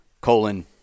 colon